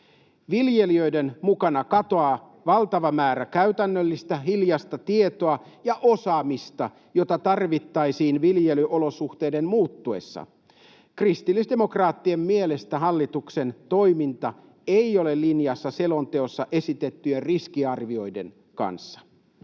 Viljelijöiden mukana katoaa valtava määrä käytännöllistä hiljaista tietoa ja osaamista, jota tarvittaisiin viljelyolosuhteiden muuttuessa. Kristillisdemokraattien mielestä hallituksen toiminta ei ole linjassa selonteossa esitettyjen riskiarvioiden kanssa.